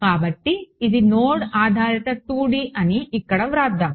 కాబట్టి ఇది నోడ్ ఆధారిత 2D అని ఇక్కడ వ్రాస్దాం